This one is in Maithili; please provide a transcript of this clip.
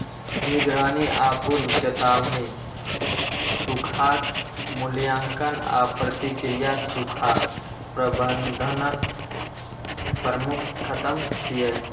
निगरानी आ पूर्व चेतावनी, सूखाक मूल्यांकन आ प्रतिक्रिया सूखा प्रबंधनक प्रमुख स्तंभ छियै